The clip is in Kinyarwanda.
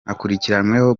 akurikiranweho